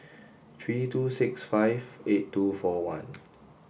three two six five eight two four one